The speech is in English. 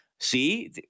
See